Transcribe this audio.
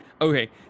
Okay